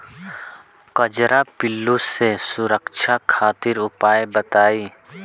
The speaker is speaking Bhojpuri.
कजरा पिल्लू से सुरक्षा खातिर उपाय बताई?